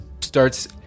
starts